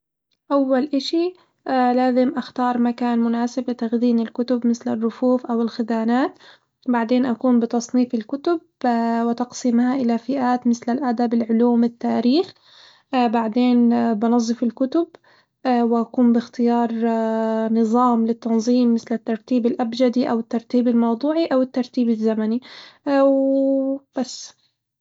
أول إشي لازم أختار مكان مناسب لتخزين الكتب مثل الرفوف أو الخزانات، بعدين أقوم بتصنيف الكتب وتقسيمها إلى فئات مثل الأدب العلوم التاريخ بعدين بنظف الكتب وأقوم باختيار نظام للتنظيم مثل الترتيب الأبجدي أو الترتيب الموضوعي أو الترتيب الزمني و وبس.